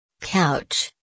Couch